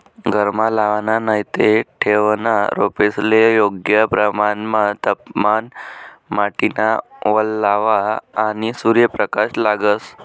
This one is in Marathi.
घरमा लावाना नैते ठेवना रोपेस्ले योग्य प्रमाणमा तापमान, माटीना वल्लावा, आणि सूर्यप्रकाश लागस